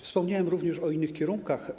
Wspomniałem również o innych kierunkach.